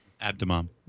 abdomen